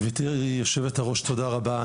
גברתי היושבת-ראש, תודה רבה.